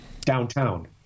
downtown